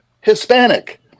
Hispanic